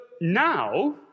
now